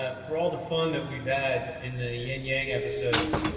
ah for all the fun that we've had in the yin yang episodes,